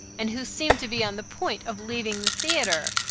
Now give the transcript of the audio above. and who seemed to be on the point of leaving the theatre.